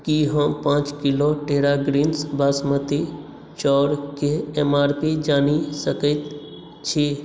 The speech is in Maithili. की हम पांच किलो टेरा ग्रीन्स बासमती चाउर के एम आर पी जानि सकैत छी